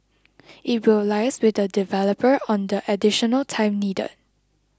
it will liaise with the developer on the additional time needed